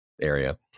area